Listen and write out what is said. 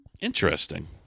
Interesting